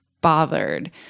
bothered